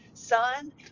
Son